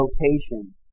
rotation